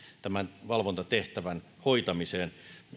tämän valvontatehtävän hoitamiseen